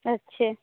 अच्छे